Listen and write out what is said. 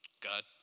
God